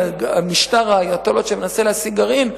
על משטר האייטולות שמנסה להשיג גרעין,